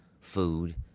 food